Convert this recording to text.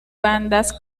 bandas